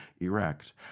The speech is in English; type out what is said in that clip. Erect